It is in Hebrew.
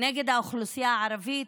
נגד האוכלוסייה הערבית,